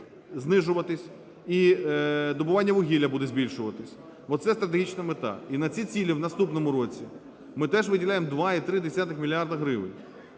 знижуватись і добування вугілля буде збільшуватись, бо це стратегічна мета. І на ці цілі в наступному році ми теж виділяємо 2,3 мільярда